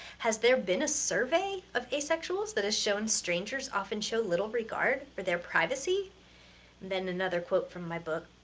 has there been a survey of asexuals that has shown strangers often show little regard for their privacy? and then another quote from my book,